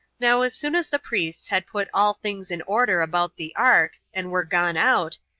now as soon as the priests had put all things in order about the ark, and were gone out,